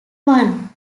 one